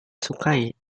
sukai